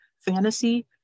fantasy